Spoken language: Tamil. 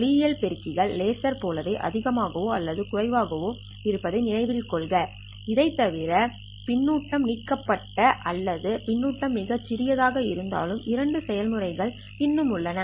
ஒளியியல் பெருக்கி கள் லேசர் போலவே அதிகமாகவோ அல்லது குறைவாகவோ இருப்பதை நினைவில் கொள்க இதை தவிர பின்னூட்டம் நீக்கப்பட்டலும் அல்லது பின்னூட்டம் மிகச் சிறியதாக இருந்தாலும் இரண்டு செயல்முறைகள் இன்னும் உள்ளது